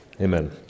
Amen